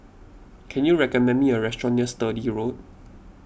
can you recommend me a restaurant near Sturdee Road